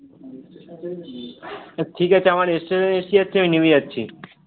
আচ্ছা ঠিক আছে আমার স্টেশন এসে যাচ্ছে আমি নেমে যাচ্ছি